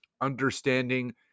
understanding